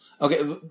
Okay